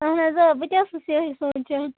اَہَن حظ آ بہٕ تہِ ٲسٕس یِہَے سونٛچان